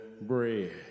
bread